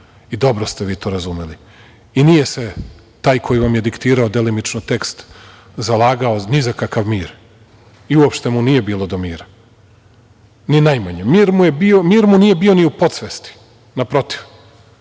I dobro ste vi to razumeli. Nije se taj koji vam je diktirao, delimično tekst, zalagao ni za kakav mir i uopšte mu nije bilo do mira. Ni najmanje. Mir mu nije bio ni u podsvesti, naprotiv.